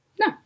No